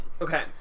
Okay